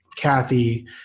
Kathy